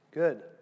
Good